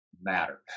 matters